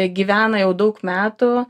gyvena jau daug metų